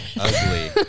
ugly